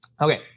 Okay